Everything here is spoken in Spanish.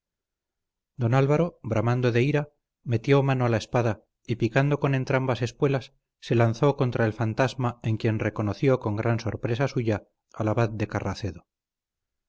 álvaro bramando de ira metió mano a la espada y picando con entrambas espuelas se lanzó contra el fantasma en quien reconoció con gran sorpresa suya al abad de